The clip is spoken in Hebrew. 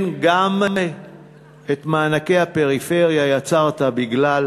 כן, גם את מענקי הפריפריה יצרת בגלל